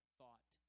thought